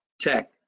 Tech